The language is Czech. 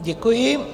Děkuji.